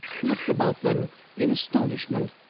looked about them in astonishment,